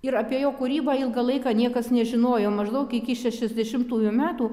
ir apie jo kūrybą ilgą laiką niekas nežinojo maždaug iki šešiasdešimtųjų metų